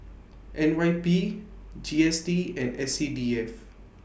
N Y P G S T and S C D F